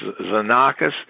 Zanakis